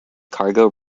cargo